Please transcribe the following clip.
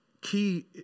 key